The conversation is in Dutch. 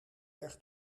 erg